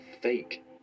fake